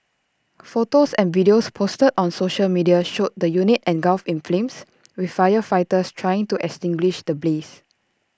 photos and videos posted on social media showed the unit engulfed in flames with firefighters trying to extinguish the blaze